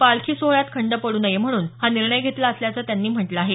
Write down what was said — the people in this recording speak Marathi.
पालखी सोहळ्यात खंड पडू नये म्हणून हा निर्णय घेतला असल्याचं त्यांनी म्हटलं आहे